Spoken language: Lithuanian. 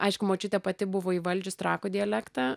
aišku močiutė pati buvo įvaldžius trakų dialektą